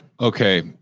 Okay